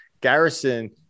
garrison